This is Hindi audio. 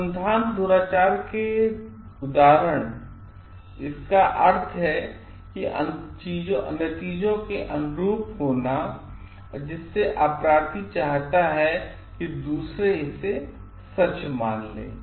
अनुसंधान दुराचार के उदाहरण जिसका अर्थ है कि नतीजों के अनुरूप होना जिसे अपराधी चाहता है कि दूसरे इसे सच मान लें